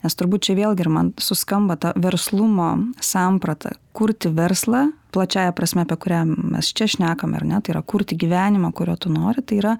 nes turbūt čia vėlgi ir man suskamba ta verslumo samprata kurti verslą plačiąja prasme apie kurią mes čia šnekame ar ne tai yra kurti gyvenimą kurio tu nori tai yra